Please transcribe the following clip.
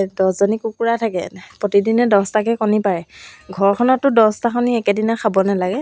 এতিয়া মোৰ পঢ়াত সময় দিব নালাগে সেইকাৰণে মই চিলাই এম্ব্ৰইডাৰী এইবিলাক